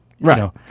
Right